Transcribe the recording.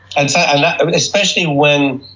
and so and especially when